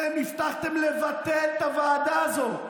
אתם הבטחתם לבטל את הוועדה הזאת.